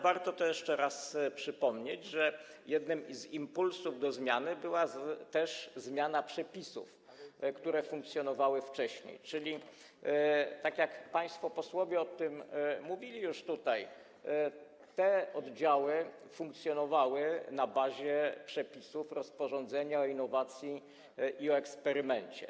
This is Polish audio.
Warto to jeszcze raz przypomnieć, że jednym z impulsów do zmiany była też zmiana przepisów, które funkcjonowały wcześniej, czyli tak jak państwo posłowie mówili, te oddziały funkcjonowały na bazie przepisów rozporządzenia o innowacji i eksperymencie.